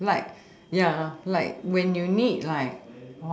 like ya like when you need like